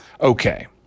Okay